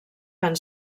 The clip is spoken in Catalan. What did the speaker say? van